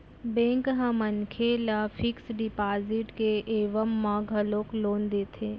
bank ह मनखे ल फिक्स डिपाजिट के एवज म घलोक लोन देथे